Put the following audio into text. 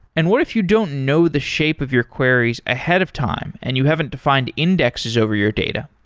and what if you don't know the shape of your queries ahead of time and you haven't defined indexes over your data?